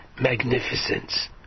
magnificence